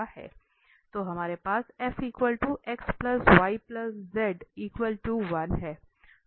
तो हमारे पास f x y z 1 है